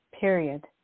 period